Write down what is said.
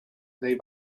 they